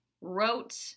wrote